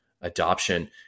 adoption